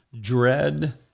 dread